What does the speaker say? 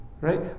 right